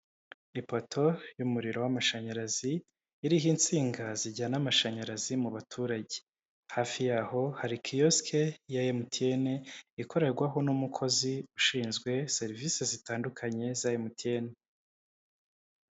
Ipoto y'umuriro w'amashanyarazi iriho insinga zijyana amashanyarazi mu baturage, hafi yaho hari kiyosike ya MTN ikorerwaho n'umukozi ushinzwe serivise zitandukanye za MTN.